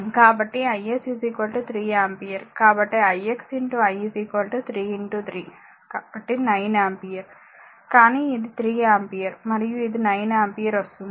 కాబట్టి i s 3 ampere కాబట్టి i x i 3 3 కాబట్టి 9 ఆంపియర్ కానీ ఇది 3 ఆంపియర్ మరియు ఇది 9 ఆంపియర్ వస్తుంది